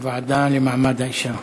הוועדה למעמד האישה,